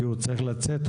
כי הוא צריך לצאת.